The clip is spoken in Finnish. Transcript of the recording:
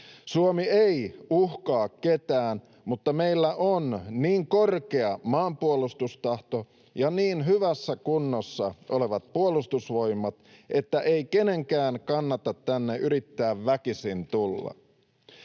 Suomi ei uhkaa ketään, mutta meillä on niin korkea maanpuolustustahto ja niin hyvässä kunnossa olevat puolustusvoimat, että ei kenenkään kannata tänne yrittää väkisin tulla.